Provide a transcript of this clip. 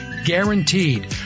guaranteed